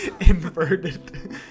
Inverted